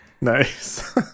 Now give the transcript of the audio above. Nice